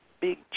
big